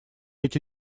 эти